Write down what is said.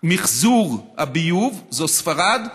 מחזור הביוב זו ספרד.